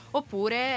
oppure